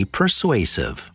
persuasive